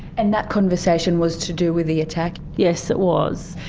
and that conversation was to do with the attack? yes, it was.